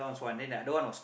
then don't want also